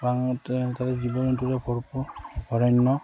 ওৰাঙতে তাতে জীৱ জন্তু ভৰপূৰ অৰণ্য